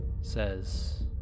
Says